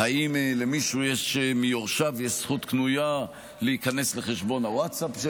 האם למישהו מיורשיו יש זכות קנויה להיכנס לחשבון הווטסאפ שלו,